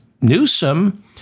Newsom